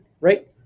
right